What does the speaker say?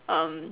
um